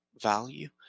value